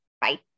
Bye